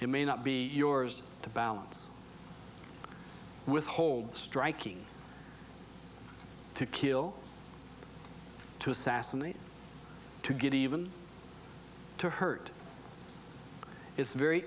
it may not be yours to balance withhold striking to kill to assassinate to get even to hurt it's very